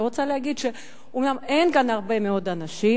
אני רוצה להגיד שאומנם אין כאן הרבה מאוד אנשים,